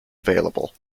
available